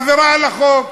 עבירה על החוק.